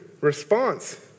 response